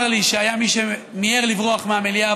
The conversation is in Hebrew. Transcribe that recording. צר לי שהיה מי שמיהר לברוח מהמליאה,